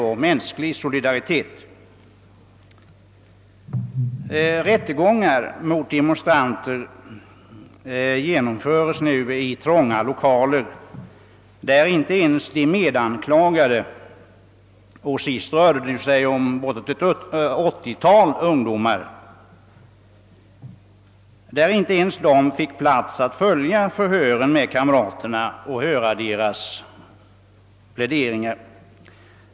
och mänsklig solidaritet. Rättegångar mot demonstranter genomförs i trånga lokaler, där inte ens de medanklagade — och senast rörde det sig om ett åttiotal ungdomar — fick plats ait följa förhören med kamraterna och höra deras pläderingar.